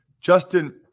Justin